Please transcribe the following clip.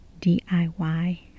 diy